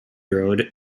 road